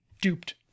duped